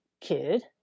kid